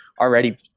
already